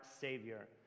savior